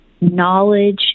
knowledge